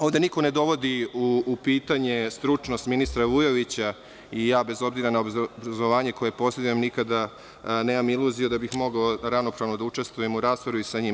Ovde niko ne dovodi u pitanje stručnost ministra Vujovića i ja, bez obzira na obrazovanje koje posedujem nikada nemam iluziju da bih mogao ravnopravno da učestvujem u raspravi sa njim.